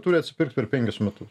turi atsipirkt per penkis metus